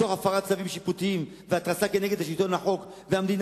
תוך הפרת צווים שיפוטיים והתרסה כנגד שלטון החוק והמדינה